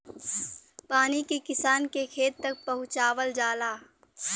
पानी के किसान के खेत तक पहुंचवाल जाला